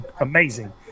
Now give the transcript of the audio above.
amazing